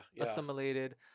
assimilated